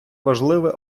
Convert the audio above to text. важливе